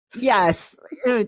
yes